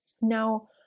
Now